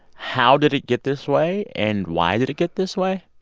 how did it get this way? and why did it get this way?